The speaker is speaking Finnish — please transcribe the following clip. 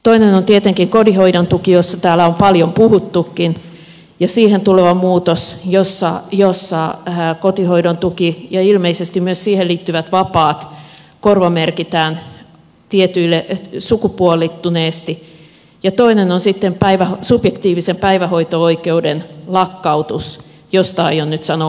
toinen on tietenkin kotihoidon tuki josta täällä on paljon puhuttukin ja siihen tuleva muutos jossa kotihoidon tuki ja ilmeisesti myös siihen liittyvät vapaat korvamerkitään sukupuolittuneesti ja toinen on sitten subjektiivisen päivähoito oikeuden lakkautus josta aion nyt sanoa muutaman sanan